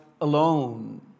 alone